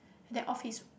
that office